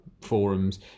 forums